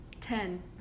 Ten